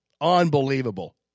Unbelievable